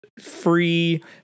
free